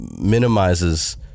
minimizes